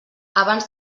abans